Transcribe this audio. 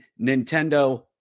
Nintendo